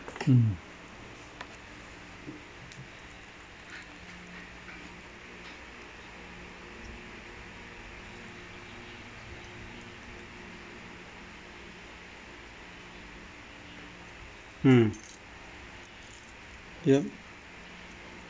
mm mm yup